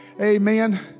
Amen